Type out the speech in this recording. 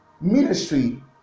ministry